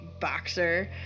boxer